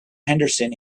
henderson